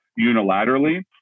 unilaterally